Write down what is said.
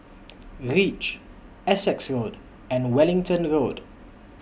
REACH Essex Road and Wellington Road